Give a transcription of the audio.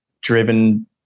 driven